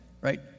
right